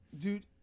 Dude